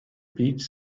beach